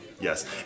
Yes